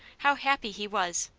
how happy he was!